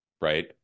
right